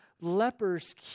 Lepers